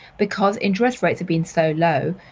because interest rates have been so low.